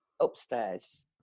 upstairs